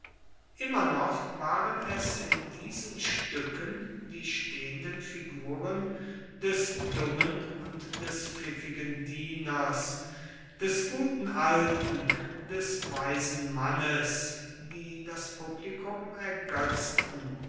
immer noch waren es in diesen stücken die stehenden figuren des dummen und des pfiffigen dieners des guten alten des weisen mannes die das publikum ergötzten